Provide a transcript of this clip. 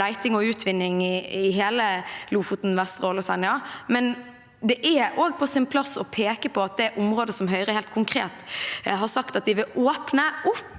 leting og utvinning i hele Lofoten, Vesterålen og Senja, men det er også på sin plass å peke på at det området som Høyre helt konkret har sagt at de vil åpne opp,